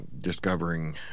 discovering